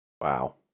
Wow